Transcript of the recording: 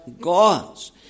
God's